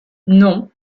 non